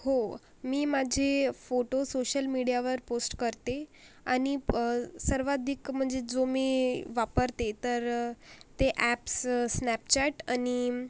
हो मी माझे फोटो सोशल मिडियावर पोस्ट करते आणि सर्वाधिक म्हणजे जो मी वापरते तर ते अॅप्स स्नॅपचॅट आणि